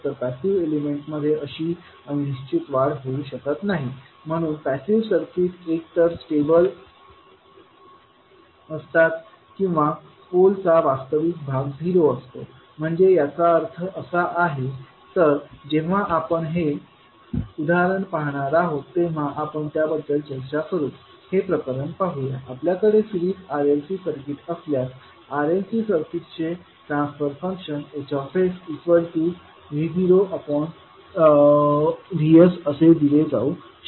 तर passive element मध्ये अशी अनिश्चित वाढ होऊ शकत नाही म्हणून पॅसिव्ह सर्किट एकतर स्टेबल असतात किंवा पोलचा वास्तविक भाग झिरो असतो म्हणजे याचा अर्थ असा आहे तर जेव्हा आपण हे उदाहरण पाहणार आहोत तेव्हा आपण त्याबद्दल चर्चा करू हे प्रकरण पाहूया आपल्याकडे सिरीज RLC सर्किट असल्यास RLC सर्किटचे ट्रान्सफर फंक्शन HsV0Vsअसे दिले जाऊ शकते